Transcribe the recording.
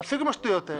תפסיקו עם השטויות האלה.